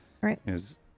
right